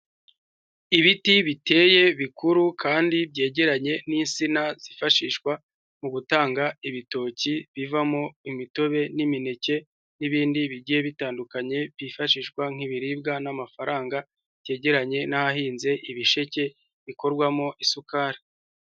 Ibiti biteye bikuru kandi byegeranye n'insina zifashishwa mu gutanga ibitoki bivamo imitobe n'imineke, n'ibindi bigiye bitandukanye byifashishwa nk'ibiribwa n'amafaranga, byegeranye n'ahahinze ibisheke bikorwamo isukari.